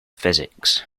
physics